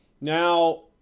now